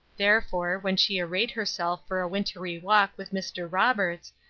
therefore, when she arrayed herself for a wintry walk with mr. roberts,